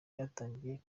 ryatangiye